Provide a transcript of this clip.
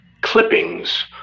Clippings